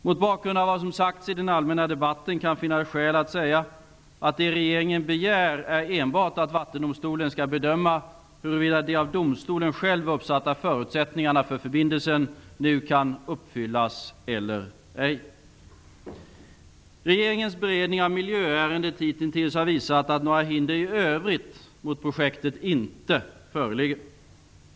Mot bakgrund av vad som sagts i den allmänna debatten kan finnas skäl att säga, att det regeringen begär är enbart att Vattendomstolen skall bedöma huruvida de av domstolen själv uppsatta förutsättningarna för förbindelsen nu kan uppfyllas eller ej. Regeringens beredning av miljöärendet hitintills har visat att några hinder i övrigt mot projektet inte föreligger.